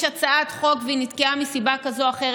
הצעת חוק והיא נתקעה מסיבה כזאת או אחרת.